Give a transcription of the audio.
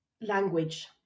language